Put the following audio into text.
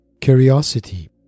Curiosity